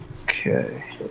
Okay